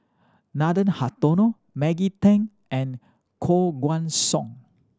Nathan Hartono Maggie Teng and Koh Guan Song